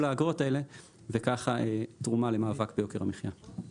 האגרות האלה וככה תרומה למאבק ביוקר המחייה.